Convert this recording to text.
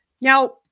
Now